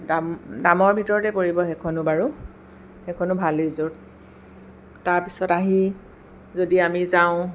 দাম দামৰ ভিতৰতে পৰিব সেইখনো বাৰু সেইখনো ভাল ৰিজ'ৰ্ট তাৰপিছত আহি যদি আমি যাওঁ